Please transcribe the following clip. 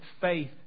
faith